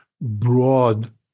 broad